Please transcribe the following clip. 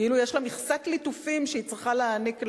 כאילו יש לה מכסת ליטופים שהיא צריכה להעניק לבוס.